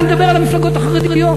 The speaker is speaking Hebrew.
אני מדבר על המפלגות החרדיות,